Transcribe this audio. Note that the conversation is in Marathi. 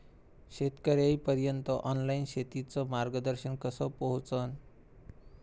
शेतकर्याइपर्यंत ऑनलाईन शेतीचं मार्गदर्शन कस पोहोचन?